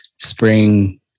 spring